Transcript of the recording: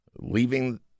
leaving